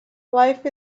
life